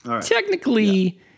technically